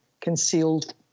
concealed